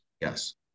Yes